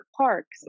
parks